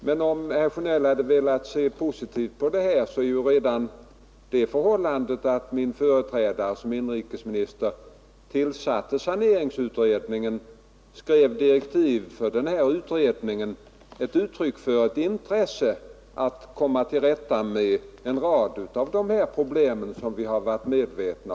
Men om herr Sjönell hade velat se positivt på den här frågan så är redan det förhållandet att min företrädare som inrikesminister tillsatte saneringsutredningen och skrev direktiv för denna utredning ett uttryck för ett intresse att komma till rätta med en rad av dessa problem, om vilkas existens vi varit medvetna.